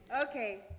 Okay